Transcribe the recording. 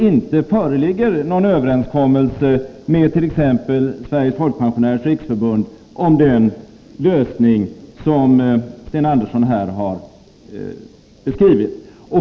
Det föreligger inte någon överenskommelse med t.ex. Sveriges folkpensionärers riksförbund om den lösning som Sten Andersson här har beskrivit.